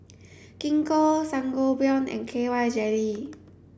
Gingko Sangobion and K Y jelly